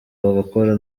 bagakora